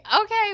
okay